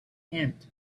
tent